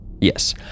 Yes